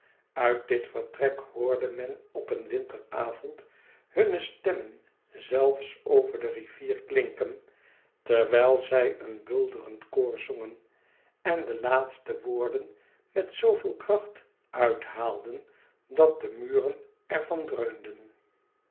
uit dit vertrek hoorde men op een winteravond hunne stem men zelfs over de rivier klinken terwijl zij een bulderend koor zongen en de laatste woorden met zooveel kracht uithaalden dat de muren er van